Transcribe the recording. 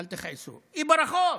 אל תכעסו, היא ברחוב.